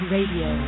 Radio